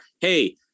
hey